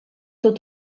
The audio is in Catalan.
tot